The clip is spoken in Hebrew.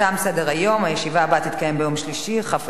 תוצאות ההצבעה: בעד, 7,